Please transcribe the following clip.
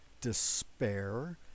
despair